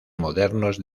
modernos